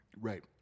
Right